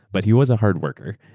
but he was a hard worker.